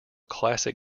classic